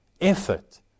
effort